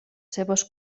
seves